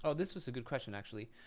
so this was a good question, actually.